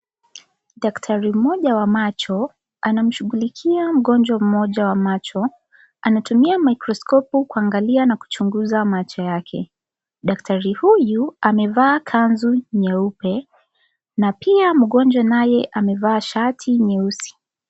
Daktari moja wa macho, anamshughulikia mgonjwa mmoja wa macho. Anatumia mikroskopu kuangalia na kuchunguza macho yake. Daktari huyu, amevaa kanzu nyeupe na pia mgonjwa naye amevaa shati nyeusi.